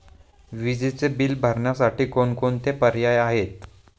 विजेचे बिल भरण्यासाठी कोणकोणते पर्याय आहेत?